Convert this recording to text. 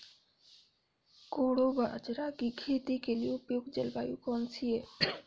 कोडो बाजरा की खेती के लिए उपयुक्त जलवायु कौन सी है?